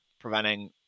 preventing